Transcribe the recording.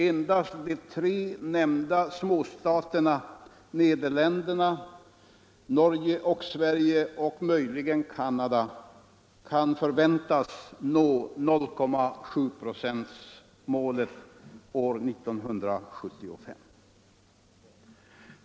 Endast de tre nämnda småstaterna Nederländerna, Norge och Sverige — samt möjligen Canada — kan förväntas nå 0,7-procentsmålet år 1975.